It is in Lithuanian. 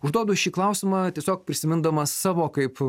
užduodu šį klausimą tiesiog prisimindamas savo kaip